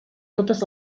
totes